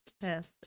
Yes